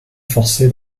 forcée